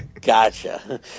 Gotcha